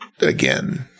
again